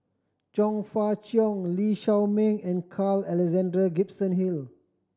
Chong Fah Cheong Lee Shao Meng and Carl Alexander Gibson Hill